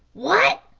what!